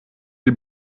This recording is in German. die